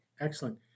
Excellent